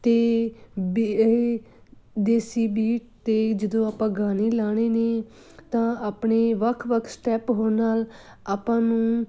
ਅਤੇ ਬ ਇਹ ਦੇਸੀ ਬੀਟ 'ਤੇ ਜਦੋਂ ਆਪਾਂ ਗਾਣੇ ਲਾਉਣੇ ਨੇ ਤਾਂ ਆਪਣੇ ਵੱਖ ਵੱਖ ਸਟੈਪ ਹੋਣ ਨਾਲ ਆਪਾਂ ਨੂੰ